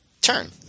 turn